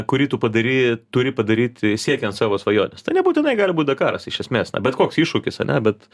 kurį tu padarei turi padaryt siekiant savo svajonės tai nebūtinai gali būt dakaras iš esmės na bet koks iššūkis ane bet